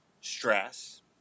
stress